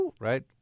right